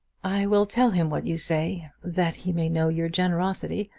i will tell him what you say, that he may know your generosity.